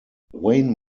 wayne